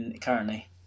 currently